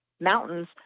mountains